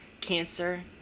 cancer